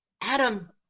Adam